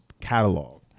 catalog